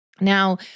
Now